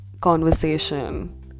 conversation